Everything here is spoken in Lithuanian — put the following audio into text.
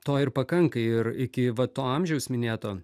to ir pakanka ir iki va to amžiaus minėto